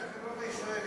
כולל החברות הישראליות?